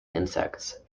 insects